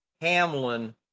Hamlin